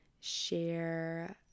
share